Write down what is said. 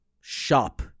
shop